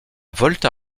volta